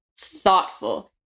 thoughtful